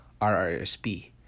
RRSP